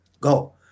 Go